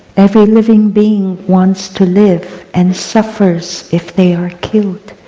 every living being wants to live and suffers if they are killed.